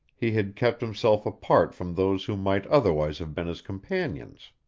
he had kept himself apart from those who might otherwise have been his companions.